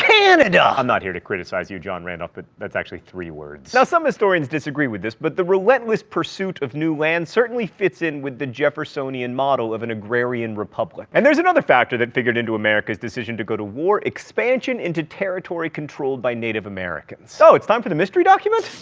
canada. i'm not here to criticize you john randolph but that's actually three words. now some historians disagree with this but the relentless pursuit of new land certainly fits in with the jeffersonian model of an agrarian republic. and there's another factor that figured into america's decision to go to war expansion into territory controlled by native americans. oh, so it's time for the mystery document?